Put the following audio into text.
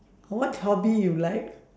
what hobby you like